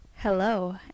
hello